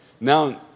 Now